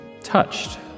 Touched